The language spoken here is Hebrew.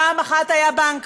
פעם אחת היה בנק.